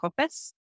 office